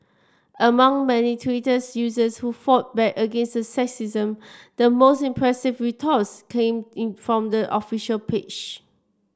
among many Twitter's users who fought back against the sexism the most impressive retorts came in from the official page